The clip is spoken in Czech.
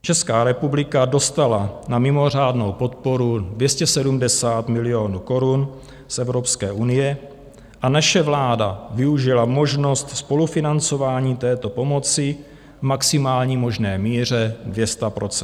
Česká republika dostala na mimořádnou podporu 270 milionů korun z Evropské unie a naše vláda využila možnost spolufinancování této pomoci v maximální možné míře 200 %.